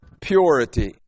purity